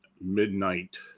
midnight